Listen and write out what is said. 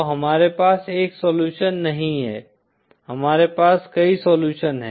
तो हमारे पास एक सोल्युशन नहीं है हमारे पास कई सोल्युशन हैं